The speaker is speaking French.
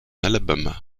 alabama